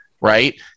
right